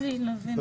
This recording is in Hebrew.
קשה מאוד להבין.